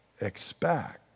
expect